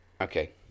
Okay